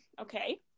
Okay